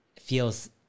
feels